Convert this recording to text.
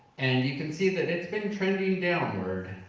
and you can see that it's been trending downward.